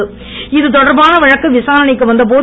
இன்று இதுதொடர்பான வழக்கு விசாரணைக்கு வந்தபோது